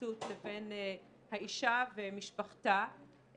הפרקליטות לבין האישה ומשפחתה,